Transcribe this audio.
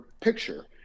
picture